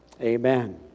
Amen